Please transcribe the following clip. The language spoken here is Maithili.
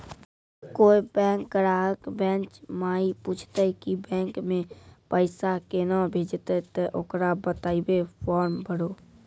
कोय बैंक ग्राहक बेंच माई पुछते की बैंक मे पेसा केना भेजेते ते ओकरा बताइबै फॉर्म भरो